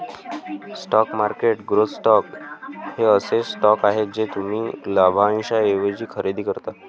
stock market growth stocks हे असे stocks आहेत जे तुम्ही लाभांशाऐवजी खरेदी करता